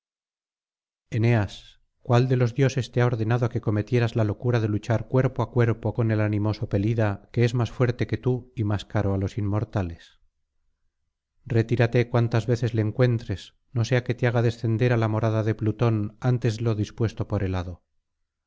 cuál de los dioses te ha ordenado que cometieras la locura de luchar cuerpo á cuerpo con el animoso pelida que es más fuerte que tii y más caro á los inmortales retírate cuantas veces le encuentres no sea que te haga descender á la morada de plutón antes de lo dispuesto por el hado